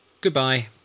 Goodbye